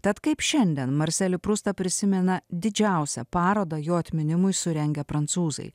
tad kaip šiandien marselį prustą prisimena didžiausią parodą jo atminimui surengė prancūzai